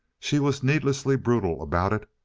she was needlessly brutal about it,